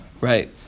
Right